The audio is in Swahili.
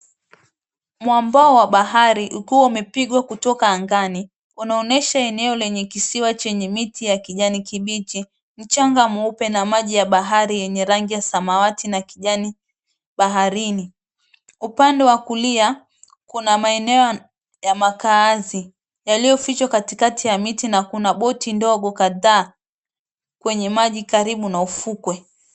Mwambao wa bahari ukiwa umepigwa kutoka angani, unaonyesha eneo lenye kisiwa chenye miti ya kijani kibichi, mchanga mweupe na maji ya bahari yenye rangi ya samawati na kijani baharini. Upande wa kulia, kuna maeneo ya makaazi yaliyofichwa katikati ya miti na kuna boti ndogo kadhaa, kwenye maji karibu na ufukwe.